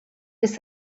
des